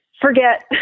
forget